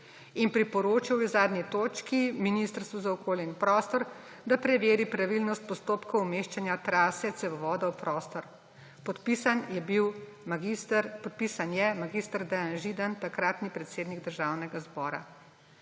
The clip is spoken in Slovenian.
Priporočil je v zadnji točki Ministrstvu za okolje in prostor, da preveri pravilnost postopkov umeščanja trase cevovoda v prostor. Podpisan je mag. Dejan Židan, takratni predsednik Državnega zbora.